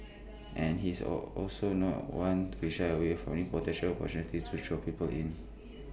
and he is also not one to be shy away from any potential opportunity to draw people in